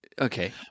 Okay